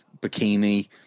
bikini